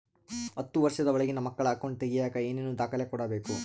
ಹತ್ತುವಷ೯ದ ಒಳಗಿನ ಮಕ್ಕಳ ಅಕೌಂಟ್ ತಗಿಯಾಕ ಏನೇನು ದಾಖಲೆ ಕೊಡಬೇಕು?